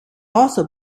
also